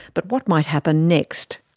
but what might happen next?